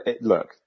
look